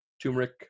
turmeric